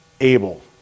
able